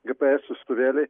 gps siųstuvėliai